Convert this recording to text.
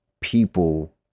people